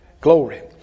Glory